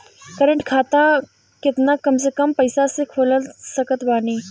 Current खाता केतना कम से कम पईसा से खोल सकत बानी?